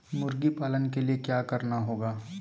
मुर्गी पालन के लिए क्या करना होगा?